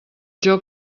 joc